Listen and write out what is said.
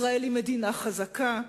ישראל היא מדינה חזקה,